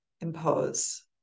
impose